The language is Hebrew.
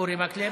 אורי מקלב,